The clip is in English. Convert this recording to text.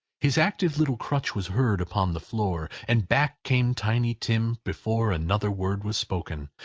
his active little crutch was heard upon the floor, and back came tiny tim before another word was spoken,